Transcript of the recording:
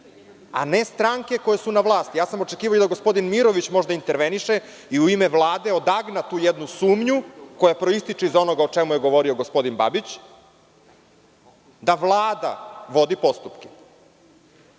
a ne stranke koje su na vlasti. Očekivao sam da i gospodin Mirović možda interveniše i u ime Vlade odagna tu jednu sumnju, koja proističe iz onoga o čemu je govorio gospodin Babić, da Vlada vodi postupke. Ne